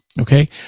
Okay